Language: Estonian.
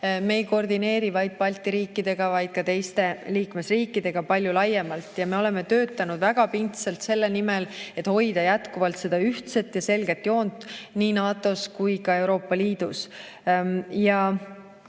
Me ei koordineeri [oma tegevust] vaid Balti riikidega, vaid ka teiste liikmesriikidega palju laiemalt ja me oleme töötanud väga pingsalt selle nimel, et hoida jätkuvalt seda ühtset ja selget joont nii NATO-s kui ka Euroopa Liidus.